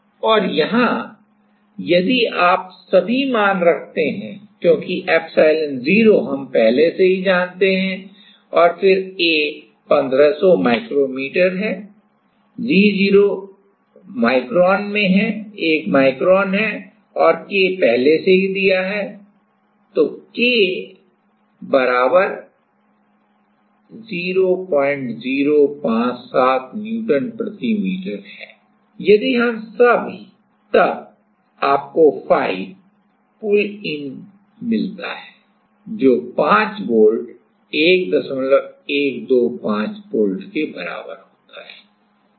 और यहाँ यदि आप सभी मान रखते हैं क्योंकि epsilon0 हम पहले से ही जानते हैं और फिर A 1500 माइक्रोमीटर वर्ग g0 माइक्रोन है और K पहले से ही दिया गया है K 0057 न्यूटन प्रति मीटर और यदि हम सभी तब आपको फाई पुल इन मिलता है जो 5 वोल्ट 1125 वोल्ट के बराबर होता है